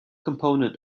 component